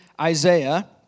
Isaiah